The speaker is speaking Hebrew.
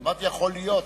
אני אמרתי, יכול להיות.